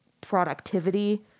Productivity